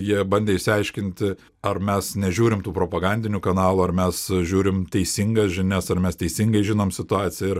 jie bandė išsiaiškinti ar mes nežiūrim tų propagandinių kanalų ar mes žiūrim teisingas žinias ar mes teisingai žinom situaciją ir